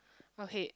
okay